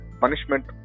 punishment